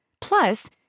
Plus